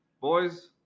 Boys